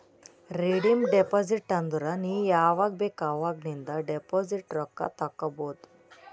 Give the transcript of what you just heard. redeem deposit ಅಂದುರ್ ನೀ ಯಾವಾಗ್ ಬೇಕ್ ಅವಾಗ್ ನಿಂದ್ ಡೆಪೋಸಿಟ್ ರೊಕ್ಕಾ ತೇಕೊಬೋದು